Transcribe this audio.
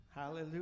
Hallelujah